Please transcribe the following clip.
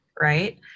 right